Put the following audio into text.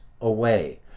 away